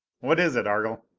what is it, argle?